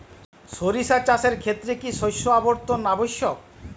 সরিষা চাষের ক্ষেত্রে কি শস্য আবর্তন আবশ্যক?